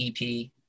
ep